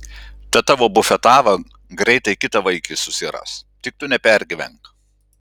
ta tavo bufetava greitai kitą vaikį susiras tik tu nepergyvenk